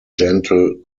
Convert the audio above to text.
gentle